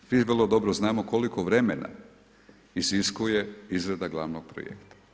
Mi vrlo dobro znamo koliko vremena iziskuje izrada glavnog projekta.